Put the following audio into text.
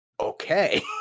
okay